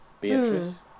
Beatrice